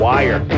Wire